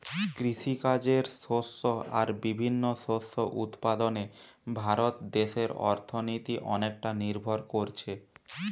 কৃষিকাজের শস্য আর বিভিন্ন শস্য উৎপাদনে ভারত দেশের অর্থনীতি অনেকটা নির্ভর কোরছে